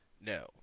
No